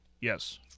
Yes